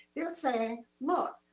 they would say, look,